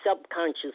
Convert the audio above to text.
subconscious